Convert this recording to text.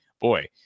boy